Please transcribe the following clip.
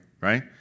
right